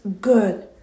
good